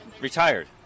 retired